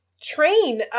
train